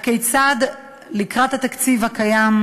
כיצד לקראת התקציב הקיים,